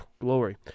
Glory